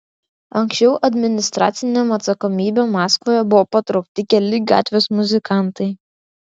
anksčiau administracinėn atsakomybėn maskvoje buvo patraukti keli gatvės muzikantai